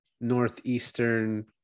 northeastern